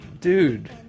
dude